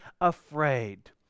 afraid